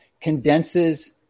condenses